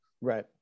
Right